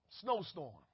Snowstorm